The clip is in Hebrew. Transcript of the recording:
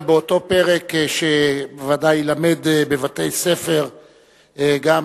ובאותו פרק שבוודאי יילמד בבתי-הספר נזכיר